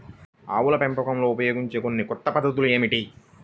ఆవుల పెంపకంలో ఉపయోగించే కొన్ని కొత్త పద్ధతులు ఏమిటీ?